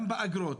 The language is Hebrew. גם באגרות,